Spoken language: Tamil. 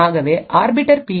ஆகவே ஆர்பிட்டர் பி